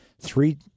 three